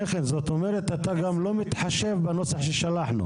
זאת אומרת, אתה גם לא מתחשב בנוסח ששלחנו.